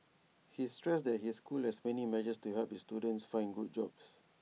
he stressed that his school has many measures to help its students find good jobs